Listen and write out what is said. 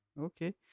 Okay